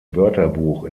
wörterbuch